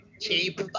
Cheap